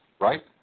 right